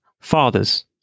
fathers